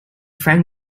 frank